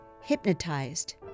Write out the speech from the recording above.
hypnotized